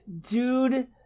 dude